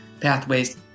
Pathways